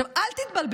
עכשיו, אל תתבלבלו.